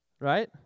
Right